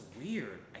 weird